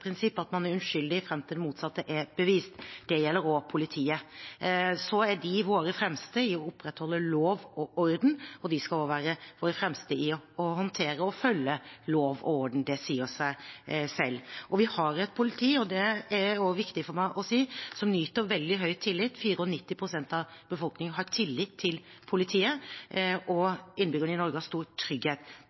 prinsipp at man er uskyldig fram til det motsatte er bevist. Det gjelder også politiet. Så er de våre fremste i å opprettholde lov og orden, og de skal også være våre fremste i å håndtere og følge lov og orden. Det sier seg selv. Vi har et politi – det er også viktig for meg å si – som nyter veldig høy tillit. 94 pst. av befolkningen har tillit til politiet, og innbyggerne i Norge har stor trygghet.